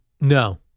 No